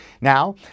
Now